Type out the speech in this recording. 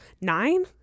Nine